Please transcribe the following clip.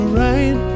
right